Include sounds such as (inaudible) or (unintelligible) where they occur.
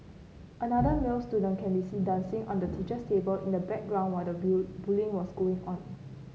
another male student can be seen dancing on the teacher's table in the background while the (unintelligible) bullying was going on